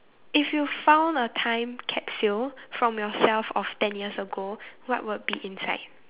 if you found a time capsule from yourself of ten years ago what would be inside